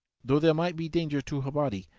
though there might be danger to her body,